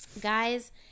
Guys